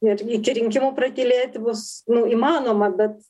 ir iki rinkimų pratylėti bus nu įmanoma bet